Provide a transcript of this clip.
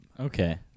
Okay